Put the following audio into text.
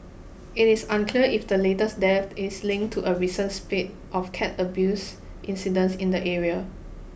it is unclear if the latest death is linked to a recent spate of cat abuse incidents in the area